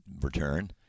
return